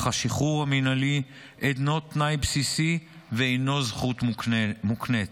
אך השחרור המינהלי אינו תנאי בסיסי ואינו זכות מוקנית.